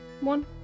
one